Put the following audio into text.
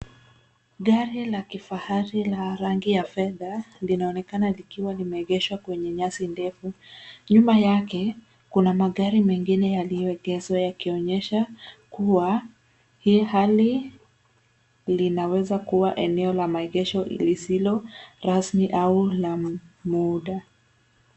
Gari la kifahari la rangi ya fedha, linaonekana likiwa limeegeshwa kwenye nyasi ndefu. Nyuma yake kuna magari mengine yaliyogezwa yakionyesha kua hii hali linaweza kua eneo la maegesho lisilo rasmi au la muda.